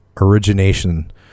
origination